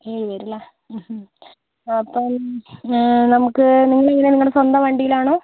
ഏഴ് പേരല്ലേ അപ്പം നമുക്ക് നിങ്ങളെങ്ങനെ നിങ്ങളുടെ സ്വന്തം വണ്ടിയിലാണോ